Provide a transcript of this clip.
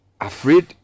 afraid